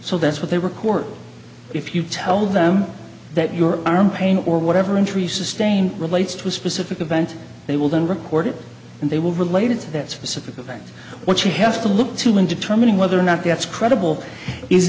so that's what they record if you tell them that your arm pain or whatever injuries sustained relates to a specific event they will then report it and they will related to that specific event what you have to look to when determining whether or not that's credible is